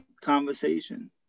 conversation